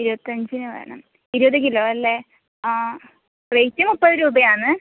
ഇരുപത്തഞ്ചിന് വേണം ഇരുപത് കിലോ അല്ലേ ആ റേറ്റ് മുപ്പത് രൂപയാണ്